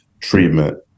treatment